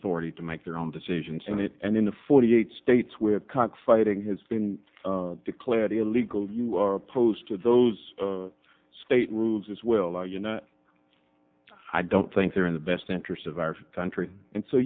authority to make their own decisions and it and in the forty eight states where cockfighting has been declared illegal you are opposed to those state rules as well are you not i don't think they're in the best interests of our country and so